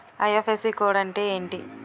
IFSC code అంటే ఏంటి?